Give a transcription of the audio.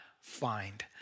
find